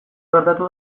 gertatu